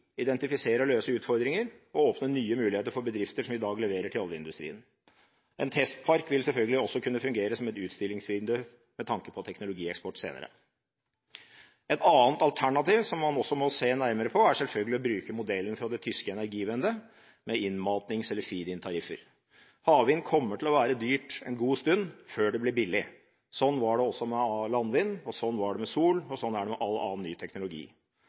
identifisere og løse utfordringer og å åpne nye muligheter for bedrifter, som i dag leverer til oljeindustrien. En testpark vil selvfølgelig også kunne fungere som et utstillingsvindu med tanke på teknologieksport senere. Et annet alternativ som man også må se nærmere på, er selvfølgelig å bruke modellen fra det tyske Energiewende, med innmatnings- eller feed-in-tariffer. Havvind kommer til å være dyrt en god stund før det blir billig. Sånn var det også med landvind, sånn var det med sol og sånn er det med all annen ny teknologi.